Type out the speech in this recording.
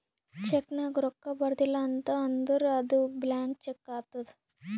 check ನಾಗ್ ರೊಕ್ಕಾ ಬರ್ದಿಲ ಅಂತ್ ಅಂದುರ್ ಅದು ಬ್ಲ್ಯಾಂಕ್ ಚೆಕ್ ಆತ್ತುದ್